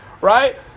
Right